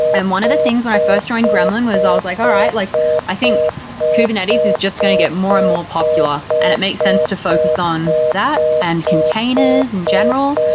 and one of the things when i first joined gremlin was i was like, all right, like i think kubernetes is just going to get more and more popular. and it makes sense to focus on that and containers in general.